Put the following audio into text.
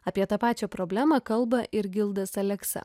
apie tą pačią problemą kalba ir gildas aleksa